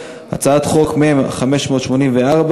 הצעות חוק מ/584.